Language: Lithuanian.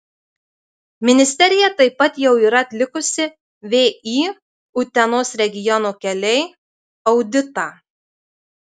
ministerija taip pat jau yra atlikusi vį utenos regiono keliai auditą